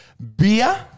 Beer